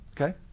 Okay